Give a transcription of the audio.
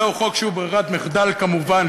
זהו חוק שהוא ברירת מחדל כמובן,